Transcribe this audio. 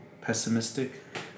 pessimistic